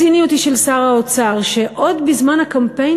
הציניות היא של שר האוצר שעוד בזמן הקמפיין